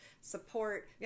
support